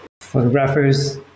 photographers